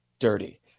dirty